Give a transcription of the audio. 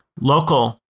Local